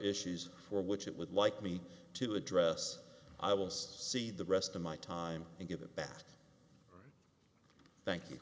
issues for which it would like me to address i will see the rest of my time and give it back thank you